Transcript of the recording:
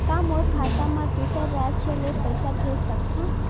का मोर खाता म दूसरा राज्य ले पईसा भेज सकथव?